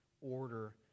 order